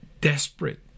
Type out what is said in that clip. desperate